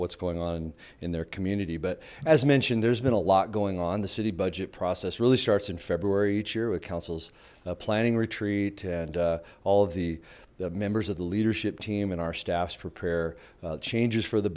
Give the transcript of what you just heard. what's going on in their community but as mentioned there's been a lot going on the city budget process really starts in february each year with councils planning retreat and all the members of the leadership team and our staffs prepare changes for the